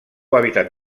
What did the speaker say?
hàbitat